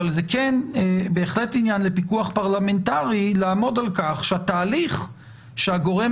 אבל זה כן בהחלט עניין לפיקוח פרלמנטרי לעמוד על כך שהתהליך שהגורם